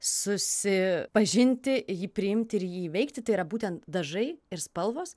susipažinti jį priimt ir jį įveikti tai yra būtent dažai ir spalvos